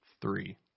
Three